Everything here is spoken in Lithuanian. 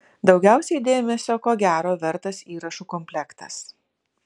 daugiausiai dėmesio ko gero vertas įrašų komplektas